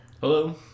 Hello